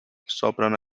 soprando